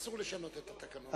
אסור לשנות את התקנון.